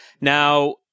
Now